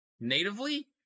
Natively